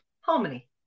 harmony